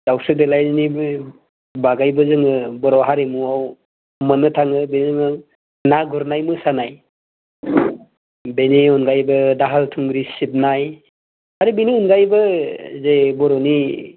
दावस्रि देलायनि बे बागैबो जोङो बर' हारिमुआव मोननो थाङो बेनो ना गुरनाय मोसानाय बेनि अनगायैबो दाहाल थुंग्रि सिबनाय आरो बेनि अनगायैबो जे बर'नि